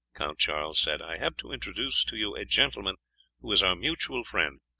count charles said, i have to introduce to you a gentleman who is our mutual friend,